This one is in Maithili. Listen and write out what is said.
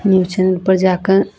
न्यूज चैनलपर जा कऽ